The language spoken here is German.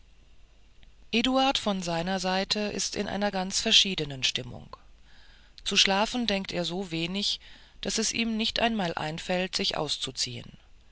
eduard von seiner seite ist in einer ganz verschiedenen stimmung zu schlafen denkt er so wenig daß es ihm nicht einmal einfällt sich auszuziehen